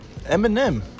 Eminem